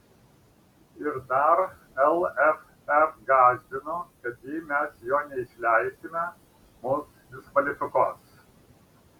ir dar lff gąsdino kad jei mes jo neišleisime mus diskvalifikuos